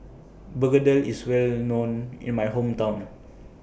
Begedil IS Well known in My Hometown